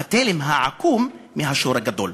התלם העקום מהשור הגדול.